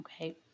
Okay